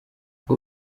ngo